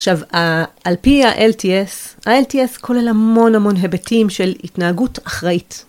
עכשיו, על פי ה-LTS, ה-LTS כולל המון המון היבטים של התנהגות אחראית.